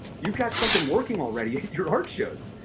you've got something working already, your art shows!